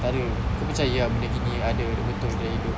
takde kau percaya ah benda gini ada betul dia hidup